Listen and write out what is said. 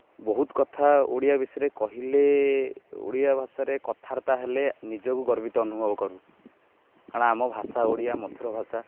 ବହୁତ କଥା ଓଡ଼ିଆ ବିଷୟରେ କହିଲେ ଓଡ଼ିଆ ଭାଷାରେ କଥାବାର୍ତ୍ତା ହେଲେ ନିଜକୁ ଗର୍ବିତ ଅନୁଭବ କରୁ କାରଣ ଆମ ଭାଷା ଓଡ଼ିଆ ମଧୁର ଭାଷା